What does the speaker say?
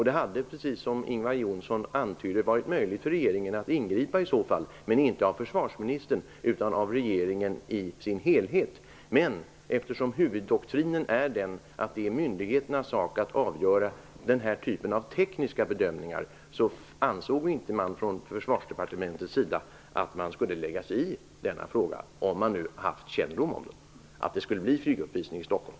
Det hade, precis som Ingvar Johnsson antydde, i så fall varit möjligt för regeringen att ingripa, men inte för försvarsministern utan för regeringen i sin helhet. Men eftersom huvuddoktrinen är att det är myndigheternas sak att göra den här typen av tekniska bedömningar, ansåg man från Försvarsdepartementets sida att man inte skulle ha lagt sig i frågan, om man haft kännedom om att en flyguppvisning skulle äga rum i Stockholm.